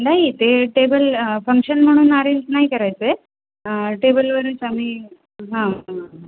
नाही ते table function म्हणून अरेंज नाही करायचं आहे टेबलवरच आम्ही हा ह